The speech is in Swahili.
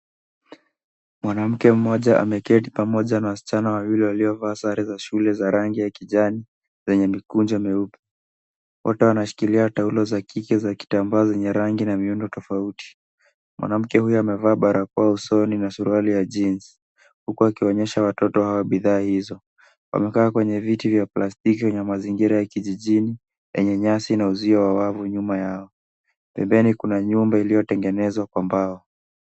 Mwanamke mmoja ameketi pamoja na wasichana wawili waliovaa sare za shule za rangi ya kijani zenye mikunjo meupe, wote wanashikilia taulo za kike za kitambaa zenye rangi na miundo tofauti, mwanamke huyo amevaa barakoa usoni na suruali ya jeans huku akionyesha watoto hawa bidhaa hizo ,wamekaa kwenye viti vya plastiki kwenye mazingira ya kijijini yenye nyasi na uzio wa wavu nyuma yao ,pembeni kuna nyumba iliyotengenezwa kwa mbao.